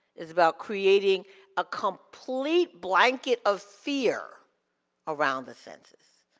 it's about creating a complete blanket of fear around the census.